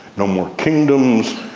no more kingdoms,